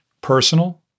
Personal